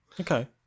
Okay